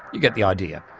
you get the idea.